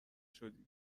شدی